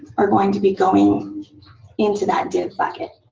are going to be going into that div bucket.